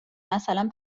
مثلا